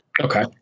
Okay